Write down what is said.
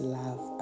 love